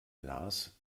lars